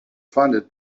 funded